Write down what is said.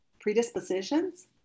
predispositions